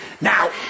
Now